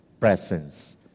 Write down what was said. Presence